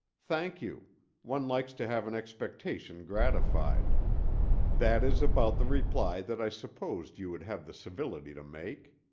thank you one likes to have an expectation gratified that is about the reply that i supposed you would have the civility to make.